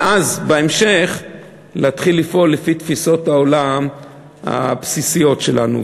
ובהמשך להתחיל לפעול לפי תפיסות העולם הבסיסיות שלנו.